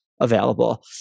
available